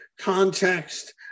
context